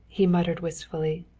he muttered wistfully.